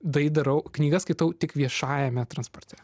tai darau knygas skaitau tik viešajame transporte